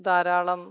ധാരാളം